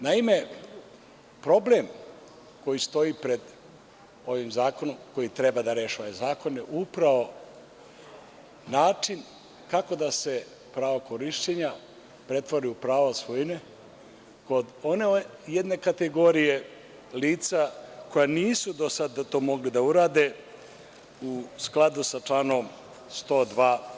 Naime, problem koji stoji pred ovim zakonom koji treba da reše ovi zakoni je upravo način kako da se pravo korišćenja pretvori u pravo svojine kod one jedne kategorije lica koja nisu do sada to mogli da urade u skladu sa članom 102.